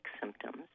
symptoms